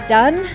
done